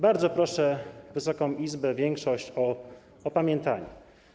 Bardzo proszę Wysoką Izbę, większość o opamiętanie.